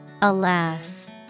Alas